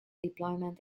deployment